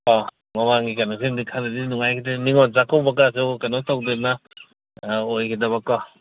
ꯑꯣ ꯃꯃꯥꯡꯒꯤ ꯀꯩꯅꯣꯁꯤꯝꯗꯤ ꯈꯔꯗꯤ ꯅꯨꯡꯉꯥꯏꯒꯤꯗ꯭ꯔꯦ ꯅꯤꯡꯉꯣꯜ ꯆꯥꯛꯀꯧꯕꯒꯗꯨ ꯀꯩꯅꯣ ꯇꯧꯗꯅ ꯑꯣꯏꯒꯤꯗꯕꯀꯣ